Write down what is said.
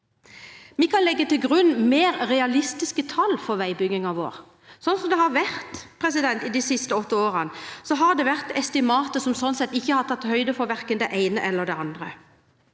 Vi kan legge til grunn mer realistiske tall for veibyggingen vår. Slik det har vært de siste åtte årene, har estimatene verken tatt høyde for det ene eller det andre.